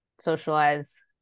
socialize